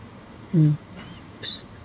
mm